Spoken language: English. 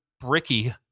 bricky